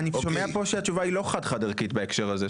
אני שומע פה שהתשובה היא לא חד חד ערכית בהקשר הזה.